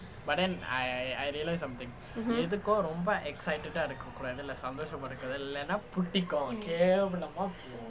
mmhmm